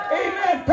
amen